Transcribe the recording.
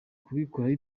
kubikoraho